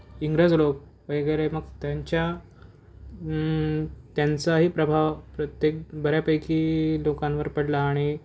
इंग्रज लोक वगैरे मग त्यांच्या त्यांचाही प्रभाव प्रत्येक बऱ्यापैकी लोकांवर पडला आणि